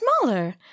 smaller